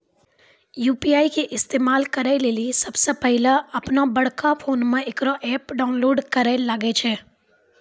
UPI के इस्तेमाल करै लेली सबसे पहिलै अपनोबड़का फोनमे इकरो ऐप डाउनलोड करैल लागै छै